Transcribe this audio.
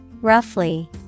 Roughly